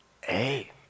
Hey